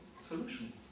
solution